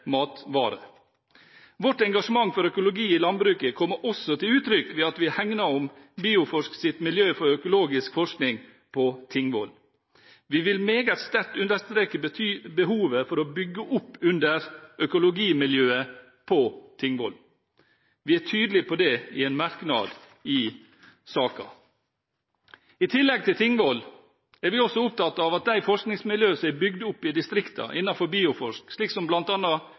matvarer. Vårt engasjement for økologi i landbruket kommer også til uttrykk ved at vi hegner om Bioforsks miljø for økologisk forskning på Tingvoll. Vi vil meget sterkt understreke behovet for å bygge opp under økologimiljøet på Tingvoll, og det er vi tydelige på i en merknad i saken. I tillegg til at vi er opptatt av Tingvoll, er vi også opptatt av at de forskningsmiljøene som er bygd opp i distriktene innenfor Bioforsk, slik som